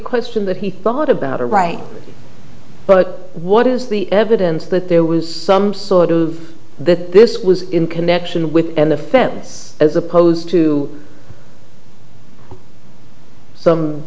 question that he thought about her right but what is the evidence that there was some sort of that this was in connection with an offense as opposed to some